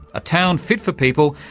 a town fit for people,